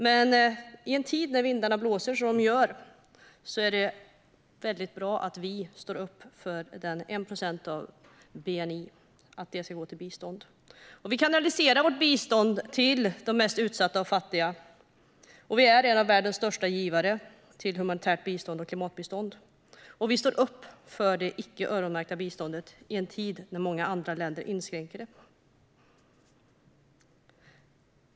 Men i en tid när vindarna blåser som de gör är det väldigt bra att vi står upp för att 1 procent av bni ska gå till bistånd. Vi kanaliserar vårt bistånd till de mest utsatta och fattiga, vi är en av världens största givare till humanitärt bistånd och klimatbistånd och vi står upp för det icke öronmärkta biståndet i en tid när många andra länder inskränker det.